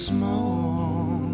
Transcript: Small